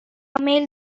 میل